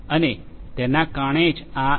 અને તેના કારણે જ આ એ